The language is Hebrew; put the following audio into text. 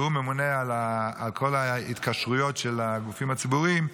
שהוא ממונה על כל ההתקשרויות של הגופים הציבוריים,